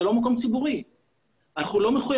זה מקום ציבורי או לא?